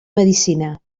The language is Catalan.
medicina